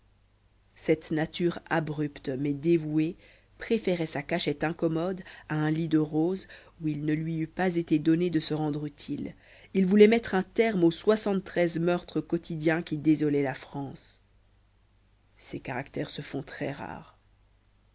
cette nature abrupte mais dévouée préférait sa cachette incommode à un lit de roses où il ne lui eut pas été donné de se rendre utile il voulait mettre un terme aux soixante-treize meurtres quotidiens qui désolaient la france ces caractères se font très rares